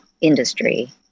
industry